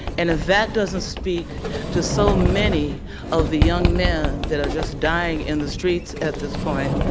and if that doesn't speak to so many of the young men that are just dying in the streets at this point,